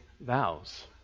vows